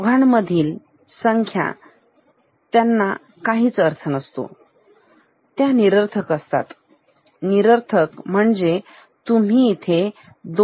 दोघांमधील इतर संख्या त्यांना काहीच अर्थ नसतो निरर्थक म्हणजे तुम्ही इथे 2